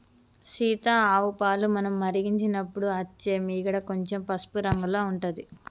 సీత ఆవు పాలు మనం మరిగించినపుడు అచ్చే మీగడ కొంచెం పసుపు రంగుల ఉంటది